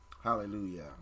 Hallelujah